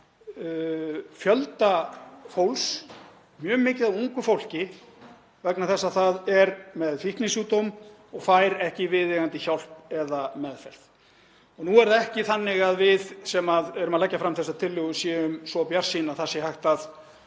fjölda fólks, mjög mikið af ungu fólki, vegna þess að það er með fíknisjúkdóm og fær ekki viðeigandi hjálp eða meðferð. Nú er það ekki þannig að við sem leggjum fram þessa tillögu séum svo bjartsýn að það sé hægt að